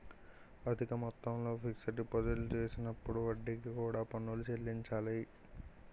అధిక మొత్తంలో ఫిక్స్ డిపాజిట్లు చేసినప్పుడు వడ్డీకి కూడా పన్నులు చెల్లించాలి